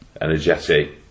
energetic